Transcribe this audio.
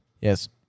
Yes